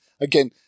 Again